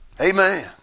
Amen